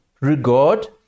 regard